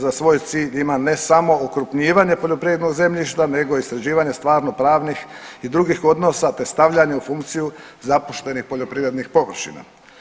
Za svoj cilj ima ne samo okrupnjivanje poljoprivrednog zemljišta nego i sređivanje stvarno-pravnih i drugih odnosa, te stavljanje u funkciju zapuštenih poljoprivrednih površina.